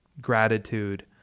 gratitude